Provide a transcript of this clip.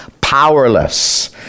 powerless